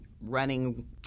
running